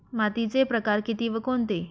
मातीचे प्रकार किती व कोणते?